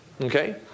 Okay